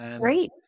Great